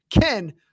Ken